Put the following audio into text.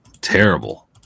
terrible